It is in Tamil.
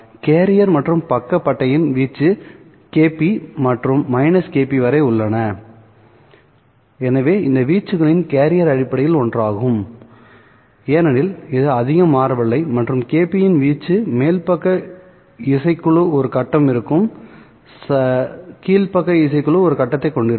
கேரியர் மற்றும் பக்க பட்டையின் வீச்சு kp மற்றும் kp வரை உள்ளன எனவே இதன் வீச்சுகள் கேரியர் அடிப்படையில் ஒன்றாகும் ஏனெனில் இது அதிகம் மாறவில்லை மற்றும் kp இன் வீச்சு மேல் பக்க இசைக்குழுக்கும் ஒரு கட்டம் இருக்கும் Side கீழ் பக்க இசைக்குழு ஒரு கட்டத்தைக் கொண்டிருக்கும்